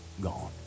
gone